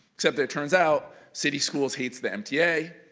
except it turns out city schools hates the mta,